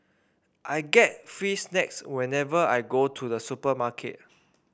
I get free snacks whenever I go to the supermarket